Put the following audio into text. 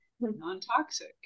non-toxic